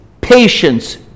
patience